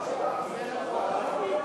2015, נתקבל.